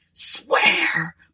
Swear